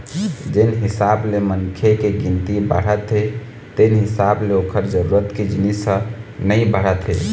जेन हिसाब ले मनखे के गिनती बाढ़त हे तेन हिसाब ले ओखर जरूरत के जिनिस ह नइ बाढ़त हे